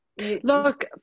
look